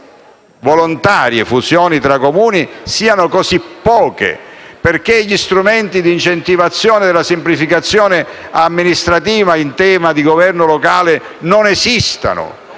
volontarie tra Comuni siano ancora così poche; del perché gli strumenti di incentivazione della semplificazione amministrativa in tema di Governo locale non esistano;